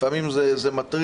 שלפעמים זה מטריף,